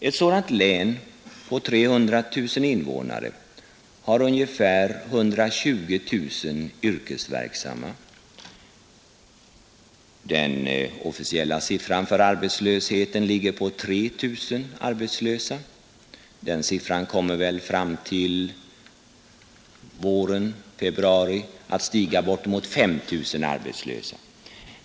Ett sådant län på 300 000 invånare har ungefär 120 000 yrkesverksamma. Den officiella siffran för arbetslösheten ligger på 3 000 arbetslösa. Den siffran kommer väl fram till februari att stiga bort emot 5 000 arbetslösa.